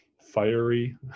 fiery